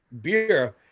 beer